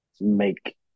make